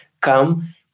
come